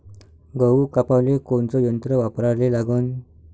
गहू कापाले कोनचं यंत्र वापराले लागन?